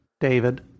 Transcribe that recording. David